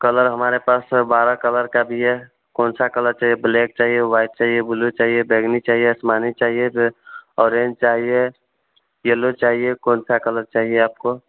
colour हमारे पास sir बारह कलर का भी है कौनसा कलर चाहिए बलेक चाहिए व्हाइट चाहिए बुलू चाहिए बैंगनी चाहिए आसमानी चाहिए फिर ऑरेंज चाहिए येल्लो चाहिए कौनसा कलर चाहिए आपको